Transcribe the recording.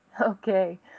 Okay